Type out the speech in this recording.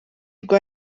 rwa